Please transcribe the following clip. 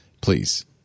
Please